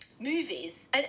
movies